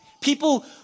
People